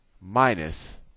minus